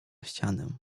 ścianę